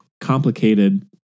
complicated